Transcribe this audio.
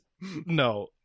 No